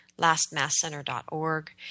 lastmasscenter.org